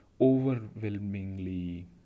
overwhelmingly